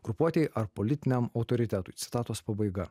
grupuotei ar politiniam autoritetui citatos pabaiga